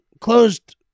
closed